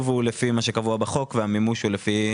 הוא לפי מה שקבוע בחוק והמימוש הוא לפי